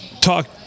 talk